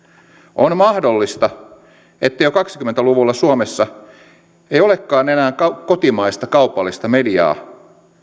on mahdollista että jo kaksikymmentä luvulla suomessa ei olekaan enää kotimaista kaupallista mediaa